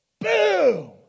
Boom